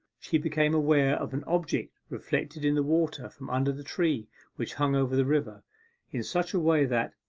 she became aware of an object reflected in the water from under the tree which hung over the river in such a way that,